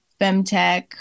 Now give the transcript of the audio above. femtech